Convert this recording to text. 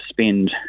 spend